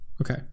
Okay